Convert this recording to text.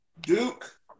Duke